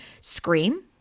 scream